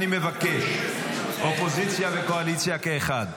--- עכשיו אני מבקש: אופוזיציה וקואליציה כאחד,